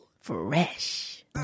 Fresh